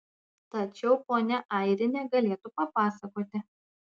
tačiau ponia airinė galėtų papasakoti